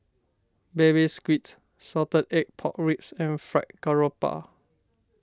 Baby Squid Salted Egg Pork Ribs and Fried Garoupa